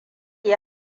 yi